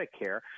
Medicare